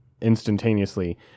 instantaneously